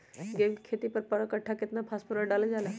गेंहू के खेती में पर कट्ठा केतना फास्फोरस डाले जाला?